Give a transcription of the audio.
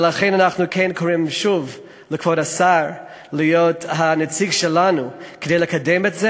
ולכן אנחנו קוראים שוב לכבוד השר להיות הנציג שלנו כדי לקדם את זה,